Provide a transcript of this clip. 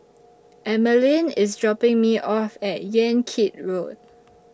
Emeline IS dropping Me off At Yan Kit Road